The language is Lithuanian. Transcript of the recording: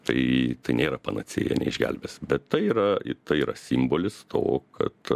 tai tai nėra panacėja neišgelbės bet tai yra ir tai yra simbolis to kad